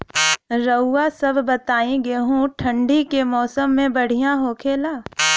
रउआ सभ बताई गेहूँ ठंडी के मौसम में बढ़ियां होखेला?